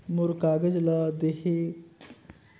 मोर कागज ला देखके बताव तो मोला कतना ऋण मिलही?